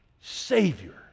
Savior